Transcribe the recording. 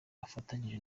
afatanyije